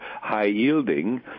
high-yielding